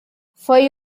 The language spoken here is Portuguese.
foi